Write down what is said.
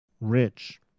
rich